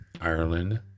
Ireland